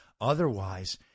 otherwise